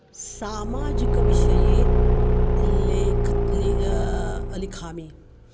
सामाजिकविषये लिखति लिखामि